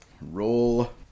Roll